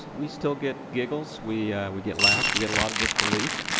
we still get giggles, we we get laughs, we get a lot of disbelief.